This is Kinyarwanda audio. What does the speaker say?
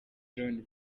john